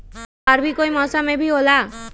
या और भी कोई मौसम मे भी होला?